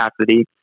capacity